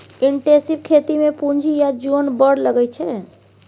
intensive खेती मे पुंजी आ जोन बड़ लगै छै